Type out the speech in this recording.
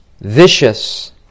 vicious